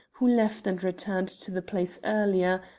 who left and returned to the place earlier,